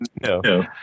No